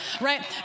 right